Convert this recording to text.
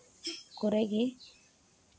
ᱠᱚᱨᱮ ᱜᱮ